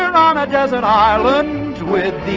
on a desert island with